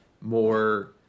more